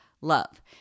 love